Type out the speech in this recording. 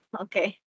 okay